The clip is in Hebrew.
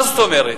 מה זאת אומרת?